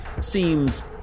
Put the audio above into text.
seems